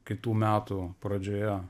kitų metų pradžioje